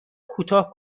کوتاه